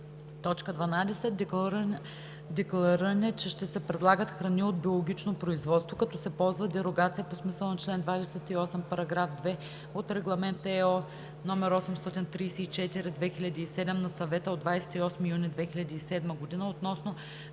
обекта; 12. деклариране, че ще се предлагат храни от биологично производство, като се ползва дерогация по смисъла на чл. 28, параграф 2 от Регламент (ЕО) № 834/2007 на Съвета от 28 юни 2007 г. относно